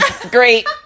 Great